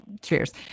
Cheers